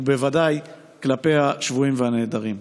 ובוודאי כלפי השבויים והנעדרים.